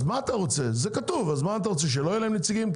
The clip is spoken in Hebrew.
אתה רוצה שלא יהיו להם נציגים,